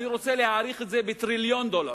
אני רוצה להעריך את זה בטריליון דולר.